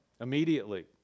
immediately